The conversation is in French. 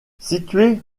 situé